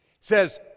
says